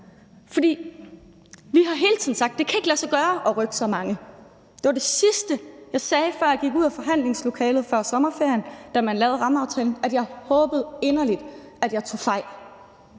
17:32 Vi har hele tiden sagt, at det ikke kan lade sig gøre at rykke så mange. Det var det sidste, jeg sagde, før jeg gik ud af forhandlingslokalet før sommerferien, da man lavede rammeaftalen, nemlig at jeg håbede inderligt, at jeg tog fejl